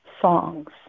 songs